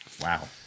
Wow